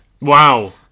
Wow